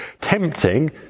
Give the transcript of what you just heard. Tempting